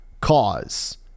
cause